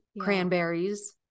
Cranberries